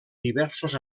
diversos